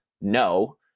no